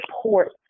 support